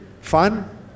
fun